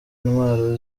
intwaro